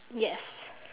yes